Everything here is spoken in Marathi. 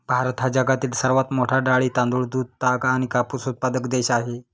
भारत हा जगातील सर्वात मोठा डाळी, तांदूळ, दूध, ताग आणि कापूस उत्पादक देश आहे